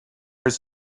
his